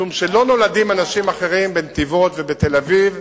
משום שלא נולדים אנשים אחרים בנתיבות ובתל-אביב,